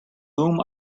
whom